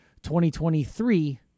2023